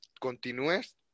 continúes